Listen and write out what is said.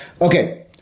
Okay